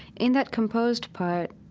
in that composed part,